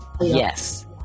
Yes